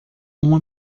uma